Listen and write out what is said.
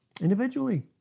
Individually